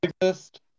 exist